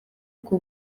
uko